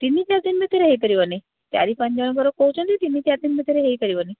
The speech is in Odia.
ତିନି ଚାରି ଦିନ ଭିତରେ ହେଇପାରିବନି ଚାରି ପାଞ୍ଚ ଜଣଙ୍କର କହୁଛନ୍ତି ତିନି ଚାରି ଦିନ ଭିତରେ ହେଇପାରିବନି